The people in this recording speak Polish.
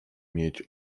mieć